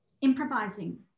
improvising